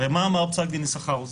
הרי מה אמר פסק דין יששכרוב?